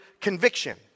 conviction